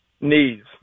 Knees